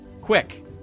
quick